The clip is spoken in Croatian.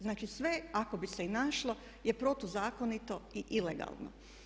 Znači sve, ako bi se i našlo, je protuzakonito i ilegalno.